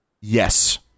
Yes